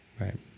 Right